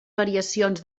variacions